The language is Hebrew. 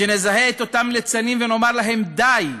שנזהה את אותם ליצנים ונאמר להם, די,